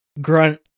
grunt